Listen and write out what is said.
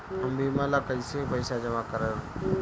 हम बीमा ला कईसे पईसा जमा करम?